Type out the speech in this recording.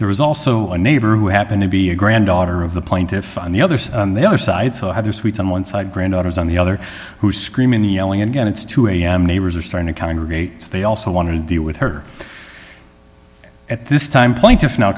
there was also a neighbor who happened to be a granddaughter of the point if on the other side the other side so either sweet on one side granddaughters on the other who is screaming yelling and it's two am neighbors are starting to congregate they also want to deal with her at this time plaintiff now